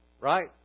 right